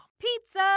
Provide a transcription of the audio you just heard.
Pizza